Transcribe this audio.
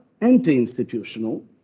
anti-institutional